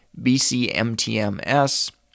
BCMTMS